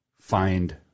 find